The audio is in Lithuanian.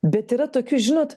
bet yra tokių žinot